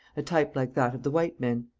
a type like that of the white men.